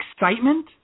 excitement